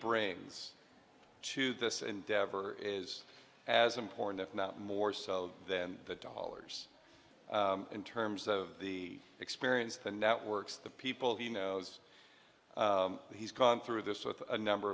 brings to this endeavor is as important if not more so than the dollars in terms of the experience the networks the people he knows he's gone through this with a number